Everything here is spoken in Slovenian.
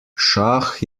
šah